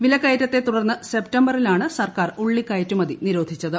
വിലക്കയറ്റത്തെ തുടർന്ന് സെപ്റ്റംബറിലാണ് സർക്കാർ ഉള്ളി കയറ്റുമതി നിരോധിച്ചത്